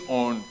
on